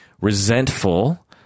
resentful